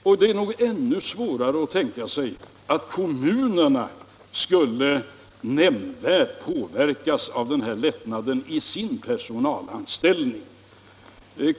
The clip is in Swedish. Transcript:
Och det är nog ännu svårare att tänka sig att kommunerna skulle nämnvärt påverkas av en sådan lättnad vid sin personalanställning.